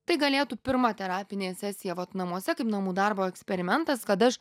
tai galėtų pirma terapinė sesija vat namuose kaip namų darbo eksperimentas kad aš